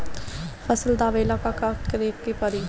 फसल दावेला का करे के परी?